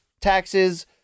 taxes